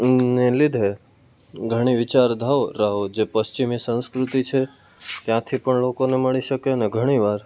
ને લીધે ઘણી વિચારધારાઓ જે પશ્ચિમી સંસ્કૃતિ છે ત્યાંથી પણ લોકોને મળી શકે અને ઘણી વાર